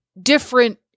different